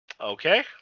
Okay